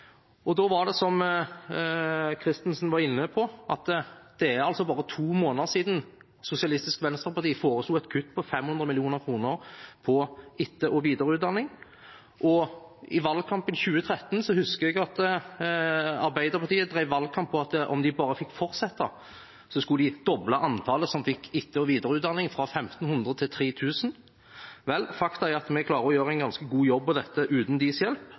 Som representanten Kristensen var inne på, er det bare to måneder siden Sosialistisk Venstreparti foreslo et kutt på 500 mill. kr til etter- og videreutdanning, og i valgkampen i 2013 husker jeg at Arbeiderpartiet drev valgkamp på at om de bare fikk fortsette, skulle de doble antallet som fikk etter- og videreutdanning, fra 1 500 til 3 000. Vel, fakta er at vi klarer å gjøre en ganske god jobb med dette uten deres hjelp.